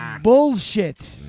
bullshit